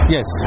Yes